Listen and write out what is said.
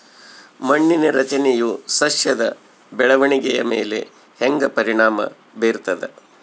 ಮಣ್ಣಿನ ರಚನೆಯು ಸಸ್ಯದ ಬೆಳವಣಿಗೆಯ ಮೇಲೆ ಹೆಂಗ ಪರಿಣಾಮ ಬೇರ್ತದ?